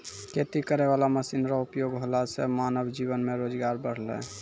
खेती करै वाला मशीन रो उपयोग होला से मानब जीवन मे रोजगार बड़लै